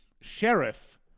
Sheriff